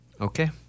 Okay